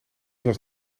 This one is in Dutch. was